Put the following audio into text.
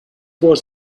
was